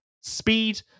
speed